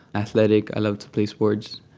athletic, i love to play sports.